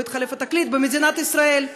לא התחלף התקליט במדינת ישראל.